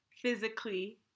physically